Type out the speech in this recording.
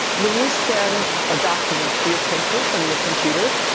when you send a document to your printer from your computer,